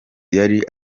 yari